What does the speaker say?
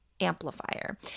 amplifier